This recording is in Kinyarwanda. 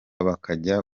bakajya